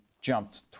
jumped